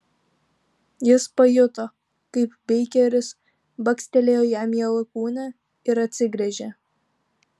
jis pajuto kaip beikeris bakstelėjo jam į alkūnę ir atsigręžė